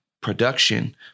production